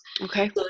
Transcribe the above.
Okay